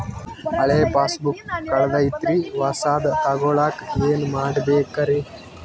ಹಳೆ ಪಾಸ್ಬುಕ್ ಕಲ್ದೈತ್ರಿ ಹೊಸದ ತಗೊಳಕ್ ಏನ್ ಮಾಡ್ಬೇಕರಿ?